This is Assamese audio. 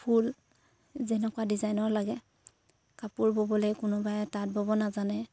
ফুল যেনেকুৱা ডিজাইনৰ লাগে কাপোৰ ব'বলৈ কোনোবাই তাঁত ব'ব নাজানে